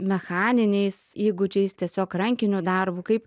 mechaniniais įgūdžiais tiesiog rankiniu darbu kaip